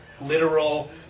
literal